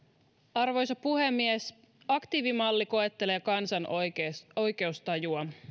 arvoisa puhemies aktiivimalli koettelee kansan oikeustajua